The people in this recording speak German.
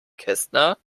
kästner